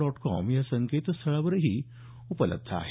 dot com या संकेतस्थळावरही उपलब्ध आहे